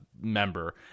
member